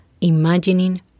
imagining